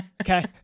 Okay